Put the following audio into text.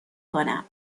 کنم